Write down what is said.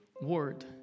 word